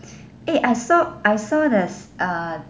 eh I saw I saw there's uh